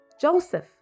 Joseph